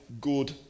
good